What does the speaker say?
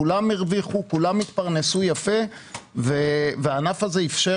כולם הרוויחו והתפרנסו יפה והענף הזה איפשר